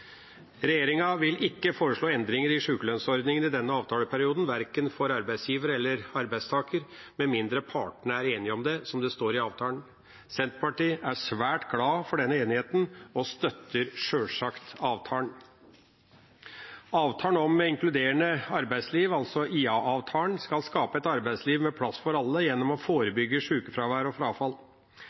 Regjeringa vil ikke foreslå endringer i sjukelønnsordningen i denne avtaleperioden, verken for arbeidsgiver eller arbeidstaker, med mindre partene er enig i det, som det står i avtalen. Senterpartiet er svært glad for denne enigheten og støtter sjølsagt avtalen. Avtalen om inkluderende arbeidsliv, IA-avtalen, skal skape et arbeidsliv med plass for alle, gjennom å forebygge sjukefravær og frafall.